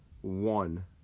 one